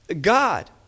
God